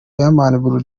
bull